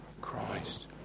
Christ